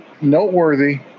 noteworthy